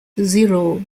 zero